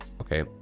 okay